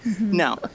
No